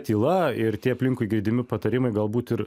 tyla ir tie aplinkui girdimi patarimai galbūt ir